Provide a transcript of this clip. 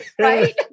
Right